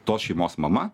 tos šeimos mama